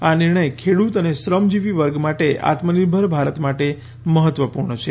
આ નિર્ણય ખેડૂત અને શ્રમજીવી વર્ગ માટે અને આત્મનિર્ભર ભારત માટે મહત્વપૂર્ણ છે